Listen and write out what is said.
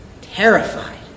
terrified